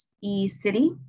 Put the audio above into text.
E-City